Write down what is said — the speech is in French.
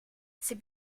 c’est